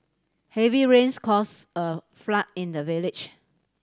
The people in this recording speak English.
heavy rains cause a flood in the village